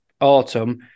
autumn